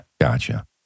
Gotcha